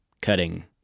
cutting